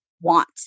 want